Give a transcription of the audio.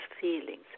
feelings